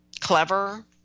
clever